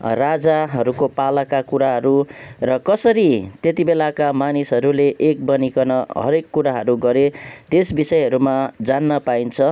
राजाहरूको पालाका कुराहरू र कसरी त्यति बेलाका मानिसहरूले एक बनिकन हरेक कुराहरू गरे त्यस विषयहरूमा जान्न पाइन्छ